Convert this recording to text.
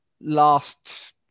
last